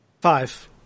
Five